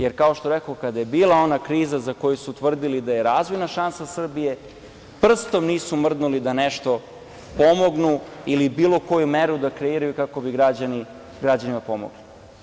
Jer, kao što rekoh, kada je bila ona kriza, za koju su tvrdili da je razvojna šansa Srbije, prstom nisu mrdnuli da nešto pomognu ili bilo koju meru da kreiraju kako bi građanima pomogli.